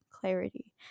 clarity